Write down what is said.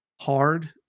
hard